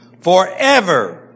forever